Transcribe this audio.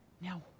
now